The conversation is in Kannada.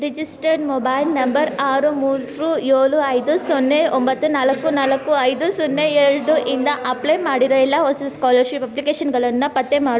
ರಿಜಿಸ್ಟರ್ಡ್ ಮೊಬೈಲ್ ನಂಬರ್ ಆರು ಮೂರು ಏಳು ಐದು ಸೊನ್ನೆ ಒಂಬತ್ತು ನಾಲ್ಕು ನಾಲ್ಕು ಐದು ಸೊನ್ನೆ ಎರಡು ಇಂದ ಅಪ್ಲೈ ಮಾಡಿರೋ ಎಲ್ಲಾ ಹೊಸ ಸ್ಕಾಲರ್ಷಿಪ್ ಅಪ್ಲಿಕೇಷನ್ಗಳನ್ನು ಪತ್ತೆ ಮಾಡು